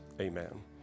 Amen